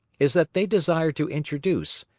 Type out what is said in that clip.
is that they desire to introduce,